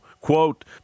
quote